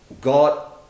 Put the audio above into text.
God